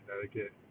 Connecticut